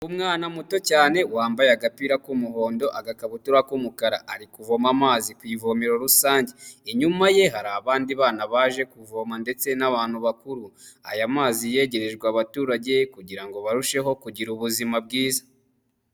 Umwana muto cyane wambaye agapira k'umuhondo, agakabutura k'umukara. Ari kuvoma amazi ku ivomero rusange. Inyuma ye hari abandi bana baje kuvoma ndetse n'abantu bakuru. Aya mazi yegerejwe abaturage kugirango barusheho kugira ubuzima bwiza.